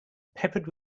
peppered